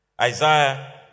Isaiah